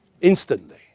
instantly